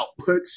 outputs